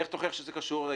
איך תוכיח שזה קשור?